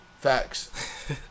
Facts